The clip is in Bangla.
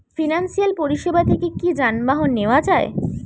ফিনান্সসিয়াল পরিসেবা থেকে কি যানবাহন নেওয়া যায়?